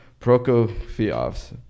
Prokofiev's